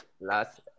Last